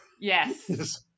Yes